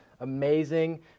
amazing